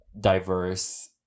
diverse